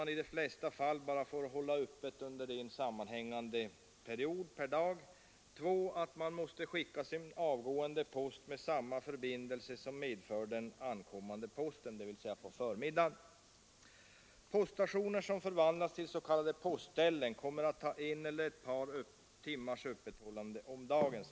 I de flesta fall får man hålla öppet under endast en sammanhängande period per dag. 2. Man måste skicka sin avgående post med samma förbindelse som medför den ankommande posten, dvs. på förmiddagen. Poststationer som förvandlas till s.k. postställen kommer som jag sade att ha en eller ett par timmars öppethållande om dagen.